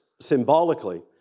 symbolically